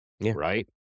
right